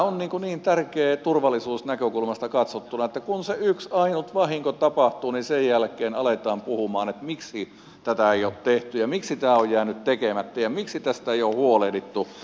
tämä on niin tärkeä turvallisuusnäkökulmasta katsottuna että kun se yksi ainut vahinko tapahtuu niin sen jälkeen aletaan puhumaan että miksi tätä ei ole tehty ja miksi tämä on jäänyt tekemättä ja miksi tästä ei ole huolehdittu